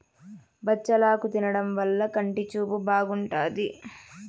బచ్చలాకు తినడం వల్ల కంటి చూపు బాగుంటాది